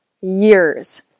years